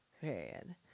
period